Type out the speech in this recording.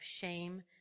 shame